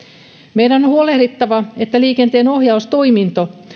meidän on huolehdittava että liikenteenohjaustoiminta